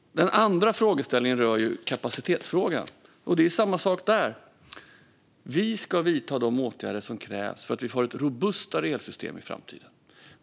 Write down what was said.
Den andra frågeställningen rör kapaciteten. Det är samma sak där. Vi ska vidta de åtgärder som krävs för att vi ska få ett robustare elsystem i framtiden.